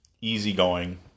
easygoing